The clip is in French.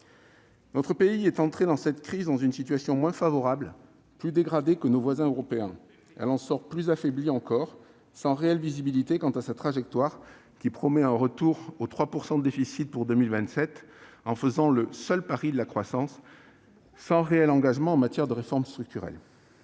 Notre pays est entré dans cette crise dans une situation moins favorable, plus dégradée que celle de nos voisins européens. Il en sort plus affaibli encore, sans réelle visibilité quant à sa trajectoire. La promesse d'un retour aux 3 % de déficit pour 2027 repose sur le seul pari de la croissance, sans réel engagement en matière de réformes structurelles.